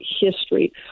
history